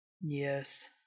Yes